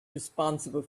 responsible